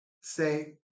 say